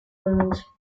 burns